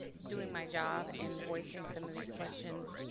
doing my job in voicing some of these questions